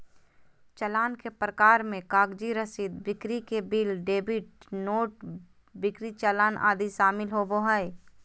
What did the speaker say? चालान के प्रकार मे कागजी रसीद, बिक्री के बिल, डेबिट नोट, बिक्री चालान आदि शामिल होबो हय